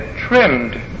trimmed